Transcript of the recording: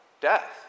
death